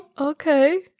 Okay